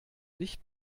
nicht